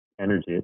energy